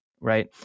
right